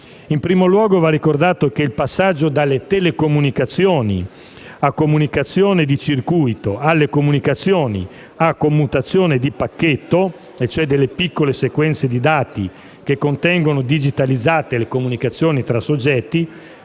In primo luogo, va ricordato che il passaggio dalle telecomunicazioni a comunicazioni di circuito, alle comunicazioni a commutazione di pacchetto (piccole sequenze di dati che contengono, digitalizzate, le comunicazioni tra soggetti)